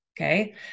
Okay